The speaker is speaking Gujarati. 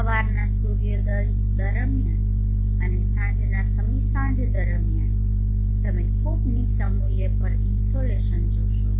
સવારના સૂર્યોદય દરમ્યાન અને સાંજના સમીસાંજ દરમ્યાન તમે ખૂબ નીચા મૂલ્ય પર ઇન્સોલેશન જોશો